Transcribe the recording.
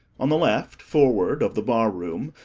on the left, forward, of the barroom,